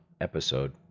episode